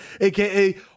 aka